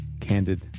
candid